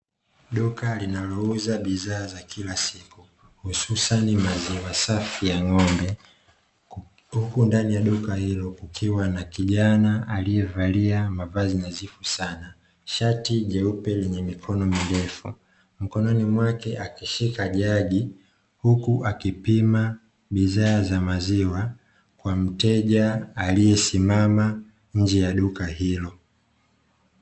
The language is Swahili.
Duka inauza bidhaa za kila siku hususani maziwa safi ya ng'ombe. Huku ndani ya duka hiyo ikiwa na kijana aliyevaa mavazi yasiyokuwa safi, shati jeupe na uliyaume limependeza. Mkononi mwake akishika gari huku akipima bidhaa za maziwa kwa mteja aliyesimama nje ya duka hiyo.